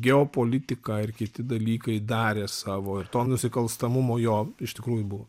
geopolitika ir kiti dalykai darė savo ir to nusikalstamumo jo iš tikrųjų buvo